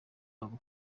wabo